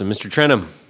so mr. trenum.